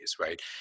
right